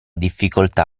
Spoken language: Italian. difficoltà